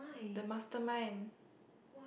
the mastermind